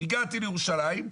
הגעתי לירושלים,